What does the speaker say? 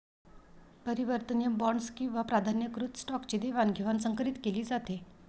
परिवर्तनीय बॉण्ड्स किंवा प्राधान्यकृत स्टॉकची देवाणघेवाण संकरीत केली जाते